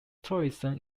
tourism